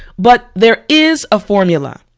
but there is a formula.